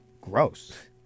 Gross